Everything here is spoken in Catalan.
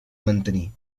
mantenir